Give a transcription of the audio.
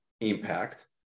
impact